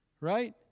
Right